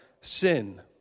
sin